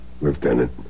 Lieutenant